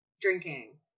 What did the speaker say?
Drinking